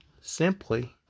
simply